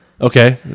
Okay